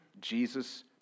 Jesus